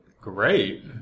Great